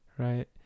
right